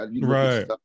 Right